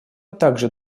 также